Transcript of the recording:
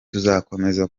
tuzakomeza